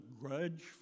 grudge